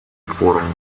форумом